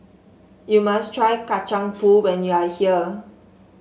you must try Kacang Pool when you are here